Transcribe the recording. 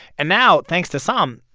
and now, thanks to sahm,